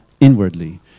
inwardly